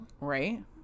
Right